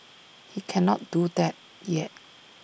he cannot do that yet